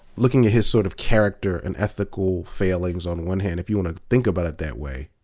looking at his sort of character and ethical fa ilings on one hand, if you want to think about it that way.